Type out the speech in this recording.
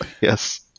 yes